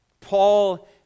Paul